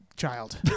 child